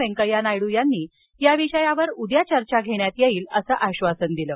वेंकय्या नायडू यांनी या विषयावर उद्या चर्चा घेण्यात येईल असे आश्वासन दिले